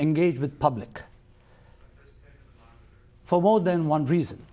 engage with public for more than one reason